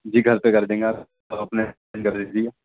جی گھر پہ کر دیں گے آپ اپنے سینڈ کر دیجیے